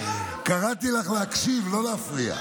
קראתי לך להקשיב, לא להפריע.